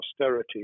austerity